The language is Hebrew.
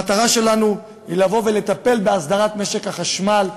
המטרה שלנו היא לבוא ולטפל בהסדרת משק החשמל,